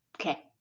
Okay